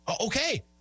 okay